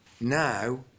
Now